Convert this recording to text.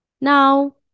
now